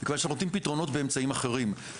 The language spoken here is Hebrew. מכיוון שאנחנו נותנים פתרונות באמצעים אחרים.